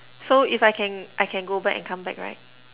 so if I can I can go back and come back right